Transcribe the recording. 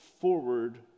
forward